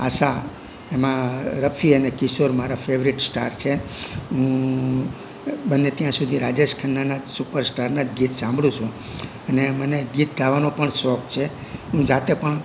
આશા એમાં રફી અને કિશોર મારા ફેવરિટ સ્ટાર છે હું બને ત્યાં સુધી રાજેશ ખન્નાના સુપરસ્ટારના જ ગીત સાંભળું છું અને મને ગીત ગાવાનો પણ શોખ છે હું જાતે પણ